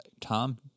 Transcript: Tom